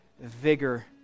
vigor